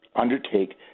undertake